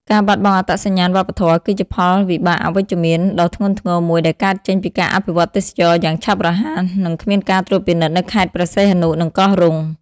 ការបាត់បង់អត្តសញ្ញាណវប្បធម៌ គឺជាផលវិបាកអវិជ្ជមានដ៏ធ្ងន់ធ្ងរមួយដែលកើតចេញពីការអភិវឌ្ឍទេសចរណ៍យ៉ាងឆាប់រហ័ស និងគ្មានការត្រួតពិនិត្យនៅខេត្តព្រះសីហនុ និងកោះរ៉ុង។